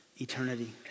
eternity